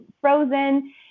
frozen